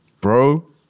bro